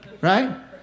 Right